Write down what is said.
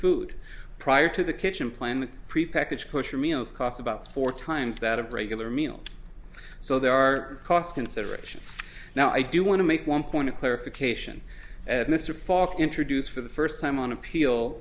food prior to the kitchen plan prepackaged pusher meals cost about four times that of regular meals so there are cost considerations now i do want to make one point of clarification mr falk introduced for the first time on appeal